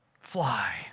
fly